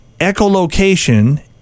echolocation